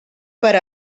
per